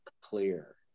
clear